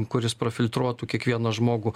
kuris prafiltruotų kiekvieną žmogų